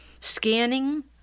scanning